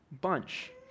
bunch